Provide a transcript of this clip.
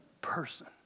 person